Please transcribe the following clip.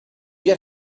yet